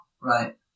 right